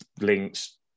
links